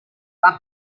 pak